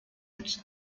its